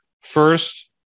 First